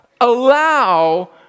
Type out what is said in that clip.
allow